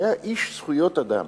שהיה איש זכויות אדם,